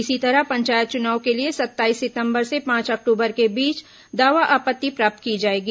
इसी तरह पंचायत चुनाव के लिये सत्ताईस सितम्बर से पांच अक्ट्रबर के बीच दावा आपत्ति प्राप्त की जाएगी